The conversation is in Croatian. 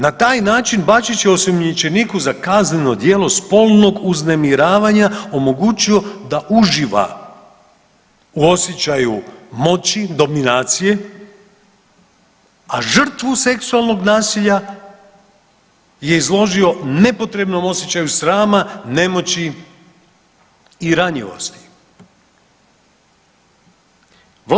Na taj način je osumnjičeniku za kazneno djelo spolnog uznemiravanja omogućio da uživa u osjećaju moći, dominacije, a žrtvu seksualnog nasilja je izložio nepotrebnom osjećaju srama, nemoći i ranjivosti.